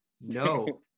no